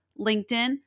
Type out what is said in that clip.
LinkedIn